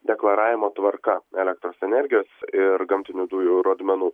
deklaravimo tvarka elektros energijos ir gamtinių dujų rodmenų